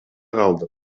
калдым